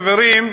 חברים,